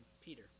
Peter